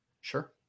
Sure